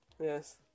Yes